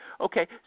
Okay